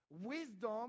Wisdom